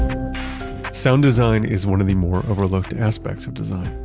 sound design is one of the more overlooked aspects of design.